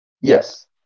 Yes